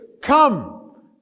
come